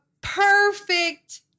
perfect